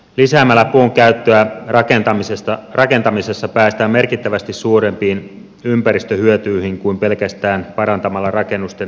lisäämällä puun käyttöä rakentamisessa päästään merkittävästi suurempiin ympäristöhyötyihin kuin pelkästään parantamalla rakennusten energiatehokkuutta